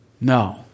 No